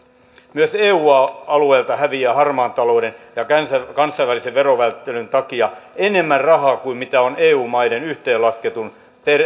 myös eu alueelta häviää harmaan talouden ja kansainvälisen verovälttelyn takia enemmän rahaa kuin mitä on eu maiden yhteenlaskettu